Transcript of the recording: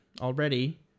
already